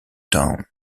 town